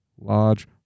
Large